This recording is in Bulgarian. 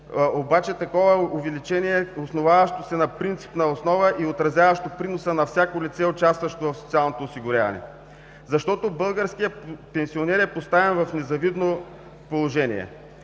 на пенсиите, но увеличение, основаващо се на принципна основа и отразяващо приноса на всяко лице, участващо в социалното осигуряване. Защото българският пенсионер е поставен в незавидно положение.